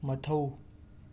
ꯃꯊꯧ